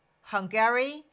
Hungary